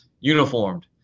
uniformed